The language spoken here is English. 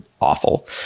awful